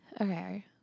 Okay